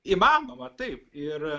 įmanoma taip ir